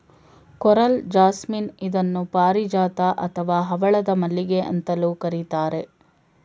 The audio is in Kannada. ಕೊರಲ್ ಜಾಸ್ಮಿನ್ ಇದನ್ನು ಪಾರಿಜಾತ ಅಥವಾ ಹವಳದ ಮಲ್ಲಿಗೆ ಅಂತಲೂ ಕರಿತಾರೆ